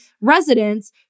residents